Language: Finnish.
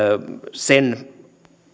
sen